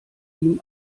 ihm